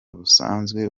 busanzwe